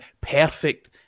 perfect